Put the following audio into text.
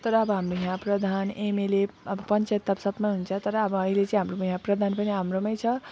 तर हाम्रो यहाँ प्रधान एमएलए अब पञ्चायत त अब सबमा हुन्छ तर अब अहिले चाहिँ हाम्रोमा यहाँ प्रधान पनि हाम्रोमा छ